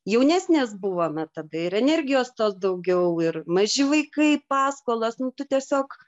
jaunesnės buvome tada ir energijos tos daugiau ir maži vaikai paskolos nu tu tiesiog